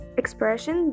expression